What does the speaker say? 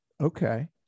okay